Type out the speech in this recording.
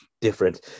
different